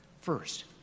First